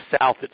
South